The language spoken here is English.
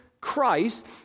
Christ